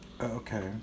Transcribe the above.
Okay